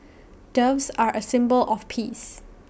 doves are A symbol of peace